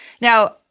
Now